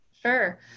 Sure